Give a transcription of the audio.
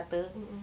mm mm